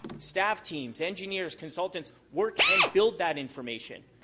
staff teams, engineers, consultants work and build that information.